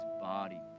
body